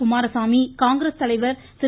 குமாரசாமி காங்கிரஸ் தலைவர் திரு